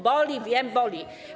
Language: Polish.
Boli, wiem, boli.